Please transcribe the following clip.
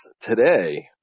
Today